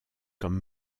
comme